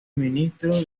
ministro